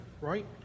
right